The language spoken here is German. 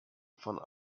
von